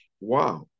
wow